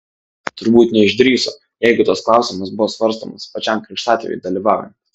turbūt neišdrįso jeigu tas klausimas buvo svarstomas pačiam krikštatėviui dalyvaujant